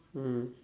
mm